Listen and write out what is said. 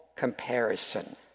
comparison